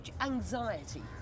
anxiety